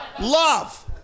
Love